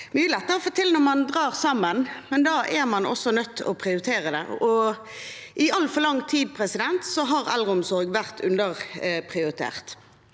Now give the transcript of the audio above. mye lettere å få til når man drar lasset sammen, men da er man også nødt til å prioritere det. I altfor lang tid har eldreomsorg vært underprioritert.